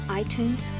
iTunes